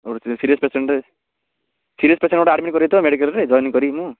ଗୋଟେ series patient series patient ଗୋଟେ admit କରିବି ତ ମେଡ଼ିକାଲ୍ରେ ଜଏନ୍ କରିବି ମୁଁ